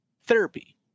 therapy